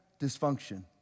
dysfunction